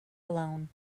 alone